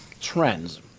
trends